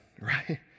Right